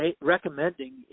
recommending